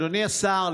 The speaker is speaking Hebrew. אדוני השר,